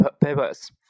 papers